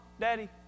Daddy